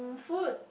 food